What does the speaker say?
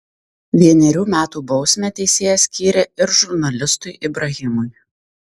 vienerių metų bausmę teisėjas skyrė ir žurnalistui ibrahimui